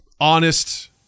honest